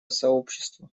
сообщества